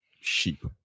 sheep